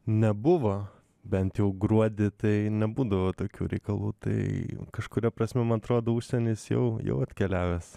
nebuvo bent jau gruodį tai nebūdavo tokių reikalų tai kažkuria prasme man atrodo užsienis jau jau atkeliavęs